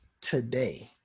today